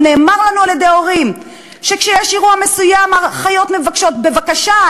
ואמרו לנו הורים שכשיש אירוע מסוים האחיות מבקשות: בבקשה,